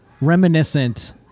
reminiscent